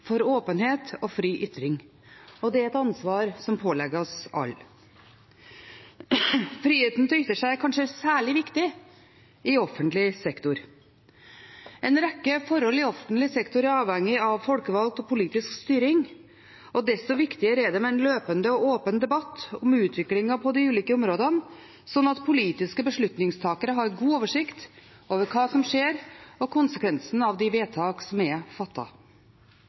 for åpenhet og fri ytring, og det er et ansvar som påligger oss alle. Friheten til å ytre seg er kanskje særlig viktig i offentlig sektor. En rekke forhold i offentlig sektor er avhengige av folkevalgt og politisk styring, og desto viktigere er det med en løpende og åpen debatt om utviklingen på de ulike områdene, slik at politiske beslutningstakere har god oversikt over hva som skjer, og konsekvensene av de vedtakene som er